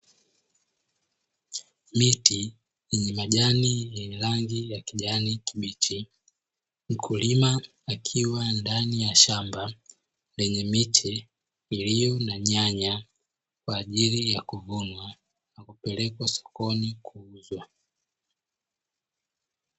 Miti yenye majani yenye rangi ya kijani kibichi, mkulima akiwa ndani ya shamba lenye miti iliyo na nyanya kwa ajili ya kuvunwa na kupelekwa sokoni kuuzwa.